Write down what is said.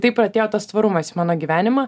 taip ir atėjo tas tvarumas į mano gyvenimą